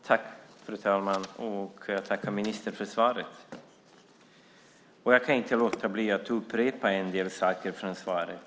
Fru talman! Jag tackar ministern för svaret. Jag kan inte låta bli att upprepa en del saker i svaret.